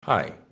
Hi